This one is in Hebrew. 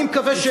אני מקווה,